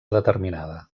determinada